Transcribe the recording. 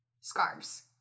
scarves